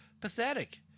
pathetic